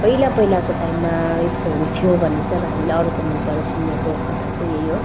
पहिला पहिलाको टाइममा यस्तो हुन्थ्यो भन्ने चाहिँ अब हामीले अरूको मुखबाट सुनिएको कथा चाहिँ यही हो